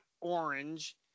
orange